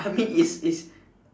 I mean is is